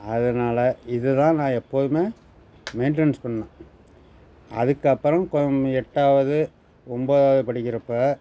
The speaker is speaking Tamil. அதனால இதுதான் நான் எப்போதுமே மெயின்டனென்ஸ் பண்ணேன் அதுக்கப்புறம் கொம் எட்டாவது ஒன்பதாவது படிக்கிறப்போ